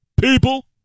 People